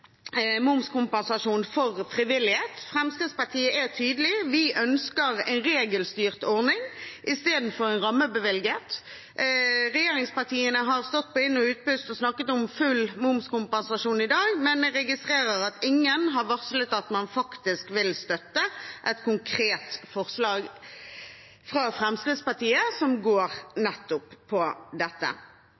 momskompensasjon for frivillighet. Fremskrittspartiet er tydelig: Vi ønsker en regelstyrt ordning i stedet for en rammebevilgning. Regjeringspartiene har stått og snakket på inn- og utpust om full momskompensasjon i dag, men jeg registrerer at ingen har varslet at man faktisk vil støtte et konkret forslag fra Fremskrittspartiet som handler nettopp om dette.